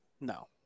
no